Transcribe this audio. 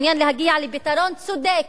מעוניין להגיע לפתרון צודק,